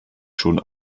schon